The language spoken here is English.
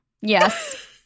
Yes